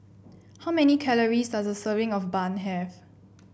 how many calories does a serving of bun have